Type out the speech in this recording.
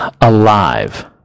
alive